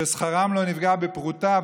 ששכרם לא נפגע בפרוטה,